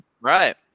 right